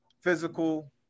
physical